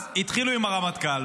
אז התחילו עם הרמטכ"ל.